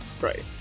Right